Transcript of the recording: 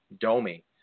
Domi